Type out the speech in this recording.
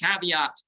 caveat